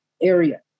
area